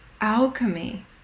alchemy